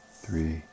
three